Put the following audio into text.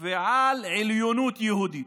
ועל עליונות יהודית.